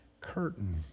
curtain